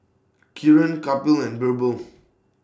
Kiran Kapil and Birbal